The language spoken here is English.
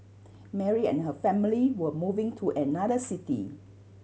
Mary and her family were moving to another city